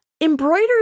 embroider